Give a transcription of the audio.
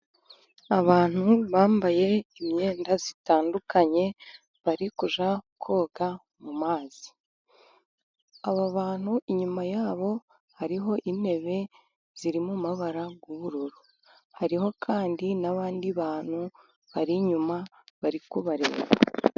Abantu bambaye imyenda itandukanye bari kujya koga mu mazi . Aba bantu inyuma yabo hariho intebe ziri mu mabara y'ubururu . Hariho kandi n'abandi bantu bari inyuma bari kubareba.